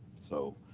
so